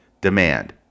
demand